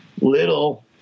little